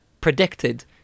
predicted